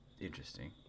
interesting